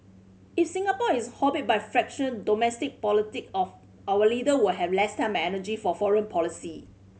if Singapore is hobbled by fraction domestic politic of our leader will have less time and energy for foreign policy